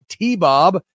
TBOB